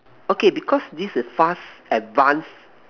okay because this is fast advance